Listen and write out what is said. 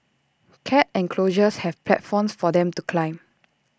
cat enclosures have platforms for them to climb